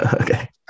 okay